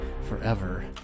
forever